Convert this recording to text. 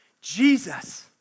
Jesus